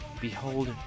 Behold